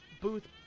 booth